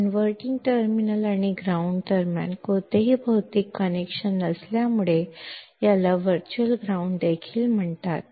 inverting terminal आणि ground दरम्यान कोणतेही भौतिक कनेक्शन नसल्यामुळे याला वर्चुअल ग्राउंड देखील म्हणतात